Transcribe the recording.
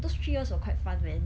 those three years were quite fun man